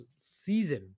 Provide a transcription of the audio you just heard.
season